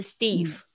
Steve